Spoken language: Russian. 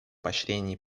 поощрении